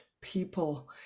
people